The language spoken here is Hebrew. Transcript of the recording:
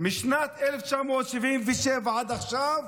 משנת 1977 עד עכשיו